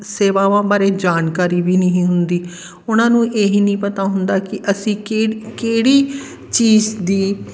ਸੇਵਾਵਾਂ ਬਾਰੇ ਜਾਣਕਾਰੀ ਵੀ ਨਹੀਂ ਹੁੰਦੀ ਉਹਨਾਂ ਨੂੰ ਇਹੀ ਨਹੀਂ ਪਤਾ ਹੁੰਦਾ ਕਿ ਅਸੀਂ ਕਿਹ ਕਿਹੜੀ ਚੀਜ਼ ਦੀ